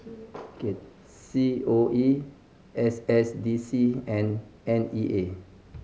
C O E S S D C and N E A